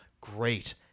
great